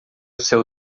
seu